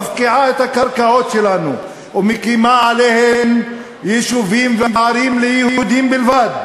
מפקיעה את הקרקעות שלנו ומקימה עליהן יישובים וערים ליהודים בלבד,